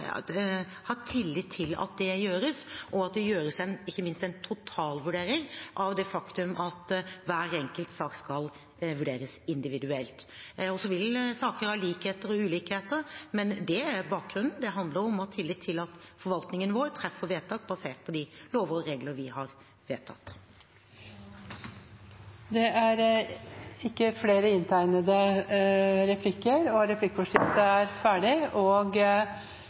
tillit at det gjøres, og at det ikke minst gjøres en totalvurdering av det faktum at hver enkelt sak skal vurderes individuelt. Så vil saker ha likheter og ulikheter. Men det er bakgrunnen. Det handler om å ha tillit til at forvaltningen vår treffer vedtak basert på de lover og regler vi har vedtatt. Replikkordskiftet er